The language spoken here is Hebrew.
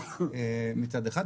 מצד אחד,